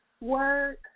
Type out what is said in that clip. work